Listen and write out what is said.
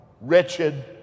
wretched